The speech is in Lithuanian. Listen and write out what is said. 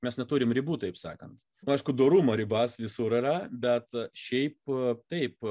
mes neturim ribų taip sakant nu aišku dorumo ribas visur yra bet šiaip taip